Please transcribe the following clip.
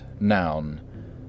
noun